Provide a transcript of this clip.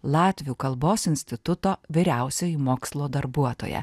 latvių kalbos instituto vyriausioji mokslo darbuotoja